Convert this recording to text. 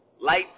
light